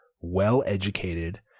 well-educated